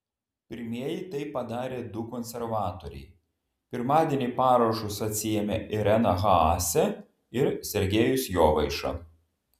pirmieji tai padarė du konservatoriai pirmadienį parašus atsiėmė irena haase ir sergejus jovaiša